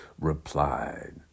replied